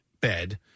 bed